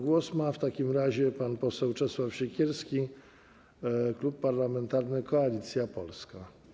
Głos ma w takim razie pan poseł Czesław Siekierski, Klub Parlamentarny Koalicja Polska.